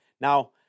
Now